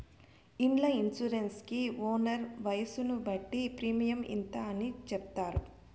ఇండ్ల ఇన్సూరెన్స్ కి ఓనర్ వయసును బట్టి ప్రీమియం ఇంత అని చెప్తారు